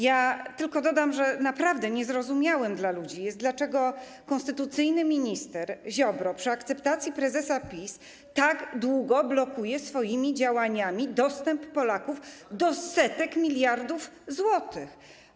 Ja tylko dodam, że naprawdę niezrozumiałe dla ludzi jest to, dlaczego konstytucyjny minister Ziobro przy akceptacji prezesa PiS tak długo blokuje swoimi działaniami dostęp Polaków do setek miliardów złotych.